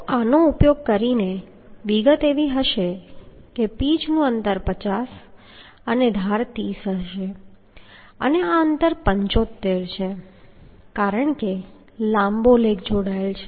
તો આનો ઉપયોગ કરીને વિગત એવી હશે કે પીચનું અંતર 50 હશે અને ધાર 30 હશે અને આ અંતર 75 છે કારણ કે લાંબો લેગ જોડાયેલ છે